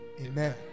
Amen